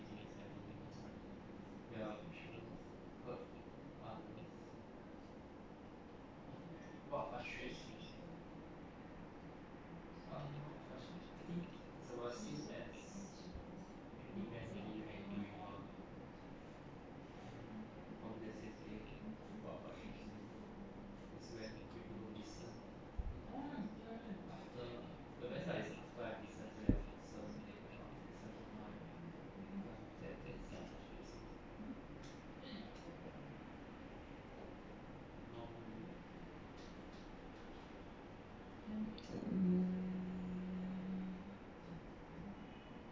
mm